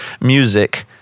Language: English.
music